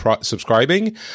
subscribing